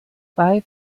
zwei